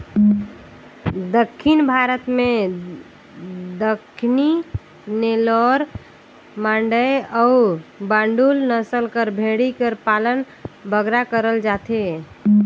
दक्खिन भारत में दक्कनी, नेल्लौर, मांडय अउ बांडुल नसल कर भेंड़ी कर पालन बगरा करल जाथे